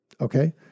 Okay